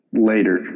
later